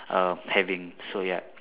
err having so ya